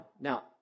Now